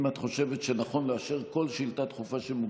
אם את חושבת שנכון לאשר כל שאילתה דחופה שמוגשת,